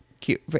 cute